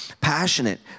passionate